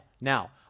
Now